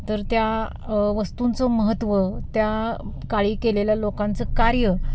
तर त्या वस्तूंचं महत्त्व त्या काळी केलेल्या लोकांचं कार्य